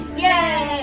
yeah.